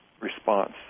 response